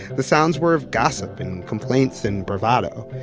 the sounds were of gossip and complaints and bravado,